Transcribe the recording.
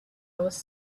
was